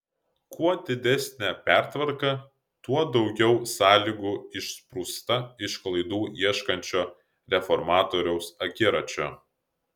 kuo didesnė pertvarka tuo daugiau sąlygų išsprūsta iš klaidų ieškančio reformatoriaus akiračio